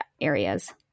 areas